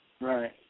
right